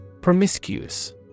Promiscuous